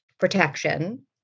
Protection